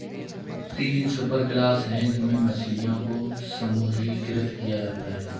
तीन सुपरक्लास है जिनमें मछलियों को समूहीकृत किया जाता है